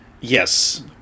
Yes